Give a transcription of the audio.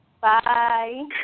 Bye